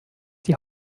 die